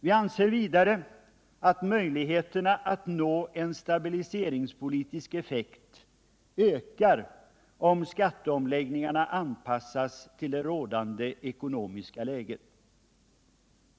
Vidare anser vi att möjligheterna att nå en stabiliseringspolitisk effekt ökar, om skattecomläggningarna anpassas till det rådande ekonomiska läget.